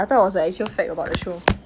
I thought it was the actual fact about the show